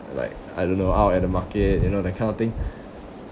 like I don't know out at the market you know that kind of thing